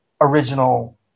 original